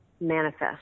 manifest